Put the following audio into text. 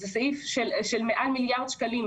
זה סעיף של מעל מיליארד שקלים.